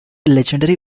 legendary